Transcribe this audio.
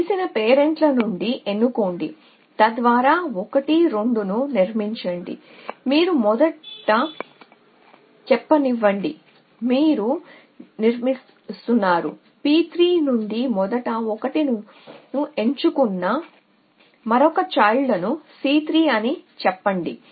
కాబట్టి తెలిసిన పేరెంట్ల నుండి ఎన్నుకోండి తద్వారా 1 2 ను నిర్మించండి కాబట్టి మీరు మొదట చెప్పనివ్వండి కాబట్టి మీరు నిర్మిస్తున్నారు p3 నుండి మొదటి 1 ని ఎంచుకున్న మరొక చైల్డ్ను C 3 అని చెప్పండి